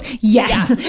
Yes